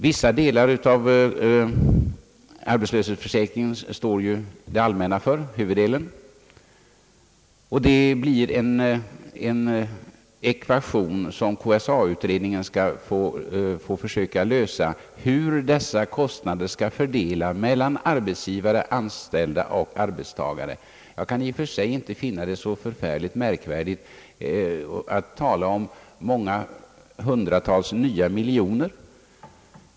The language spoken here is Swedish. Huvuddelen av arbetslöshetsförsäkringen står ju det allmänna för, och det blir en ekvation, som KSA-utredningen får försöka lösa, hur dessa kostnader skall fördelas mellan arbetsgivare och arbetstagare. Jag kan inte finna att det är så motiverat att tala om många hundratals nya miljoner.